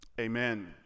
amen